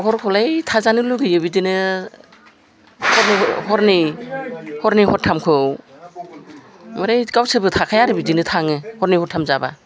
हरखौलाय थाजानो लुबैयो बिदिनो हरनै हरथामखौ ओमफ्राय गावसोरबो थाखाया आरो बिदिनो थाङो हरनै हरथाम जाबा